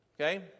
Okay